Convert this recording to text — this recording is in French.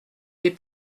les